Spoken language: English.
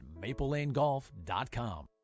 maplelanegolf.com